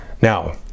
Now